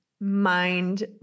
mind